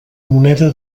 moneda